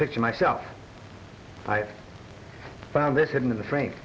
picture myself i found this hidden in the fra